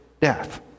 death